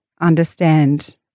understand